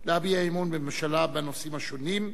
להביע אי-אמון בממשלה בנושאים השונים.